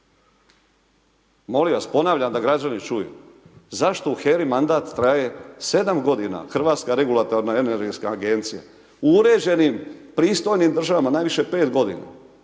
Molim vas, ponavljam da građani čuju, zašto u HERI mandat traje 7 g. Hrvatska regulatorna energetska agencija. U uređenim pristojnim državama najviše 5 g. Pa